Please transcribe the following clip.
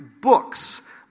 books